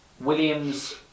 Williams